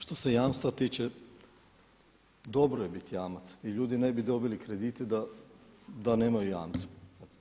Što se jamstva tiče, dobro je biti jamac i ljudi ne bi dobili kredite da nemaju jamca.